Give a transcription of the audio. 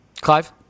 clive